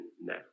now